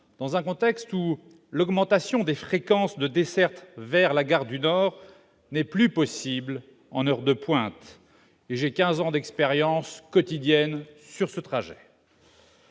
dans un contexte où l'augmentation de la fréquence des dessertes vers la gare du Nord n'est plus possible aux heures de pointe ; j'ai quinze ans d'expérience quotidienne de ce trajet